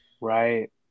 Right